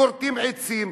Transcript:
כורתים עצים,